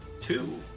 two